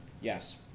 Yes